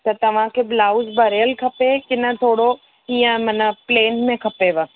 त तव्हांखे ब्लाउज़ भरियलु खपे की न थोरो कीअं माना प्लेन में खपेव